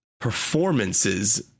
performances